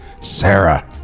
Sarah